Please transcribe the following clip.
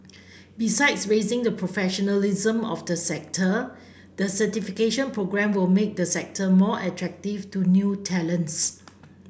besides raising the professionalism of the sector the certification programme will make the sector more attractive to new talents